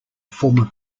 former